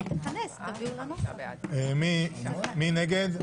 מי נגד?